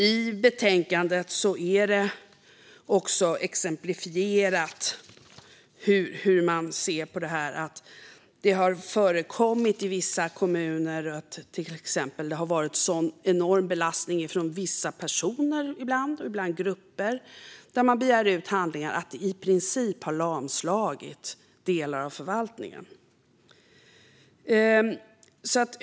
I betänkandet är det exemplifierat hur man ser på att det i vissa kommuner till exempel har förekommit en sådan enorm belastning från vissa som begär ut handlingar, ibland personer och ibland grupper, att det i princip har lamslagit delar av förvaltningen.